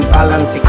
balance